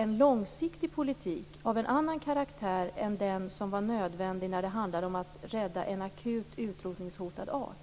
en långsiktig politik av annan karaktär än den som var nödvändig när det var fråga om att rädda en akut utrotningshotad art.